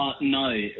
no